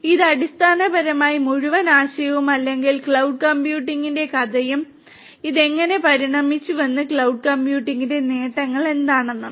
അതിനാൽ ഇത് അടിസ്ഥാനപരമായി മുഴുവൻ ആശയവും അല്ലെങ്കിൽ ക്ലൌഡ് കമ്പ്യൂട്ടിംഗിന്റെ കഥയും അത് എങ്ങനെ പരിണമിച്ചുവെന്നും ക്ലൌഡ് കമ്പ്യൂട്ടിംഗിന്റെ നേട്ടങ്ങൾ എന്താണെന്നും